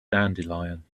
dandelion